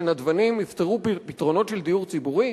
שנדבנים יפתרו פתרונות של דיור ציבורי?